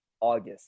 august